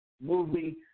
movie